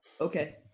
Okay